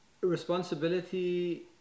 Responsibility